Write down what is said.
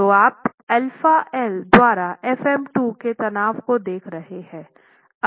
तो आप αL द्वारा fm2 के तनाव को देख रहे हैं